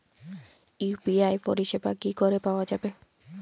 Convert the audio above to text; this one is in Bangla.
ইউ.পি.আই পরিষেবা কি করে পাওয়া যাবে?